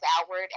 outward